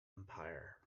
empire